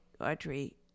audrey